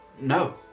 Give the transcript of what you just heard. No